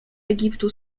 egiptu